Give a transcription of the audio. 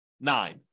nine